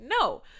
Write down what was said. no